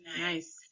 Nice